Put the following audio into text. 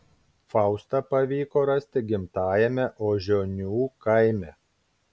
faustą pavyko rasti gimtajame ožionių kaime